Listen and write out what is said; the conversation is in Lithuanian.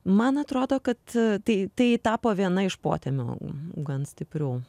man atrodo kad tai tai tapo viena iš potemių gan stiprių